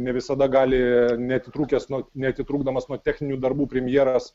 ne visada gali neatitrūkęs nuo neatitrūkdamas nuo techninių darbų premjeras